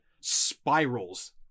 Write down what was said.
spirals